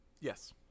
Yes